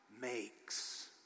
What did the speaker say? makes